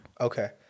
Okay